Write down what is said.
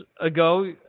ago